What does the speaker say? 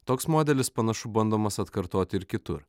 toks modelis panašu bandomas atkartoti ir kitur